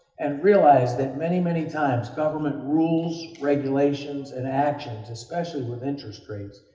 and realize that many many times, government, rules, regulations and actions, especially with interest rates,